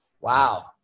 Wow